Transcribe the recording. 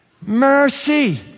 Mercy